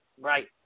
Right